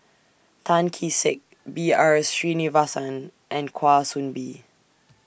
Tan Kee Sek B R Sreenivasan and Kwa Soon Bee